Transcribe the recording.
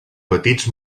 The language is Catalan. petits